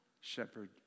shepherd